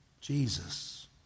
Jesus